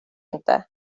inte